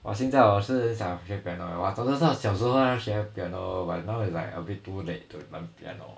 !wah! 我现在是很想学 piano eh 早知道小时候乱乱学 piano but now is like a bit too late to learn piano